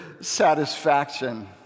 satisfaction